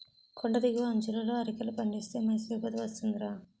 కొండి దిగువ అంచులలో అరికలు పండిస్తే మంచి దిగుబడి వస్తుందిరా